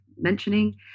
mentioning